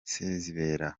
sezibera